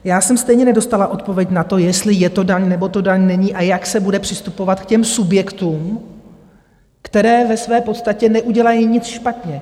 Já jsem stejně nedostala odpověď na to, jestli je to daň, nebo to daň není a jak se bude přistupovat k těm subjektům, které ve své podstatě neudělají nic špatně.